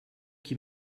qui